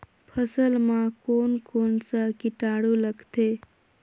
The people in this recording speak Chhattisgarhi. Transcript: फसल मा कोन कोन सा कीटाणु लगथे?